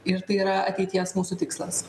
ir tai yra ateities mūsų tikslas